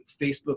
Facebook